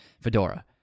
fedora